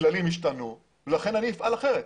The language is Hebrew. הכללים השתנו ולכן אני אפעל אחרת.